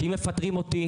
ששומעים שמדירים אותם,